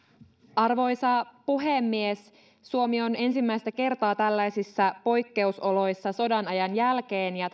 arvoisa puhemies suomi on ensimmäistä kertaa tällaisissa poikkeusoloissa sodanajan jälkeen ja